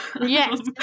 Yes